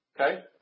okay